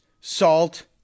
salt